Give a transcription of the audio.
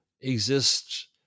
exist